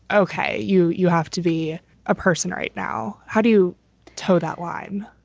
ok. you you have to be a person right now? how do you toe that line?